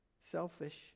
selfish